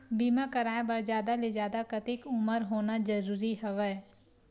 बीमा कराय बर जादा ले जादा कतेक उमर होना जरूरी हवय?